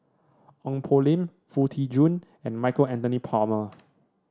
Ong Poh Lim Foo Tee Jun and Michael Anthony Palmer